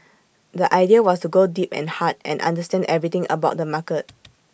the idea was to go deep and hard and understand everything about the market